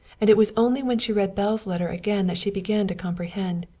and it was only when she read belle's letter again that she began to comprehend.